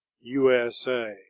USA